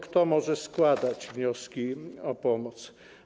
Kto może składać wnioski o pomoc?